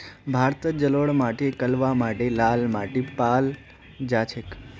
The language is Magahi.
भारतत जलोढ़ माटी कलवा माटी लाल माटी पाल जा छेक